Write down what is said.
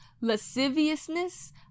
lasciviousness